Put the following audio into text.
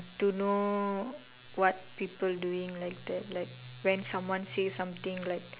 to know what people doing like that like when someone say something like